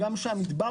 אומנם יש שם מדבר,